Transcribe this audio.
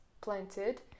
planted